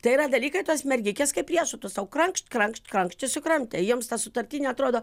tai yra dalykai tos mergikės kaip riešutus sau krankšt krankšt krankšt ir sukramtė jiems ta sutartinė atrodo